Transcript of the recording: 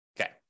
Okay